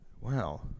Wow